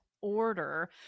order